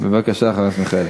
בבקשה, חבר הכנסת מיכאלי.